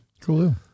cool